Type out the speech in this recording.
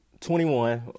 21